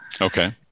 Okay